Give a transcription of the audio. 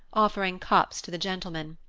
offering cups to the gentlemen.